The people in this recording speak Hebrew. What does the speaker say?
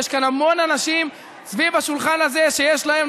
ויש כאן המון אנשים סביב השולחן הזה שיש להם,